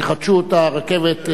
יחדשו את הרכבת,